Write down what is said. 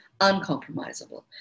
uncompromisable